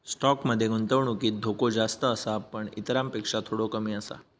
stock मध्ये गुंतवणुकीत धोको जास्त आसा पण इतरांपेक्षा थोडो कमी आसा